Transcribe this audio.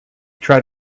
tried